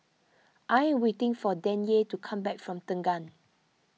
I am waiting for Danyel to come back from Tengah